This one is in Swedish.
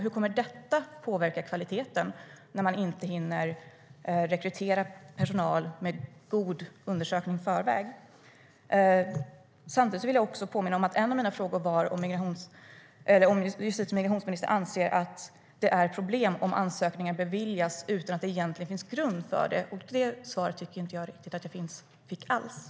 Hur kommer det att påverka kvaliteten när man inte hinner rekrytera personal med god undersökning i förväg?